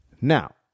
Now